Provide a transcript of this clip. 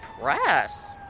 press